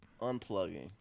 unplugging